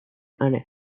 and